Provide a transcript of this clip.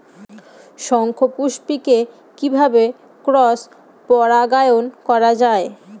শঙ্খপুষ্পী কে কিভাবে ক্রস পরাগায়ন করা যায়?